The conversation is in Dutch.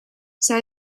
zij